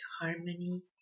harmony